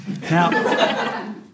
Now